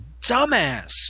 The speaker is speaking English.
dumbass